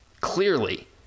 clearly